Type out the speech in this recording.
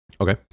Okay